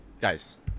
Guys